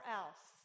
else